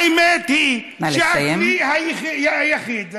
האמת היא שהכלי היחיד, נא לסיים.